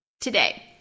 today